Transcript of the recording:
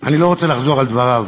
אני לא רוצה לחזור על דבריו.